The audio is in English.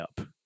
up